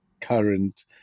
current